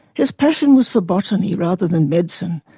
his passion was for botany rather than medicine,